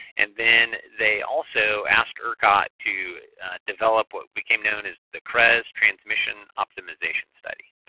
and then they also asked ercot to develop what became known as the crez transmission optimization study,